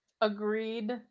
Agreed